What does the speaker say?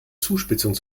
zuspitzung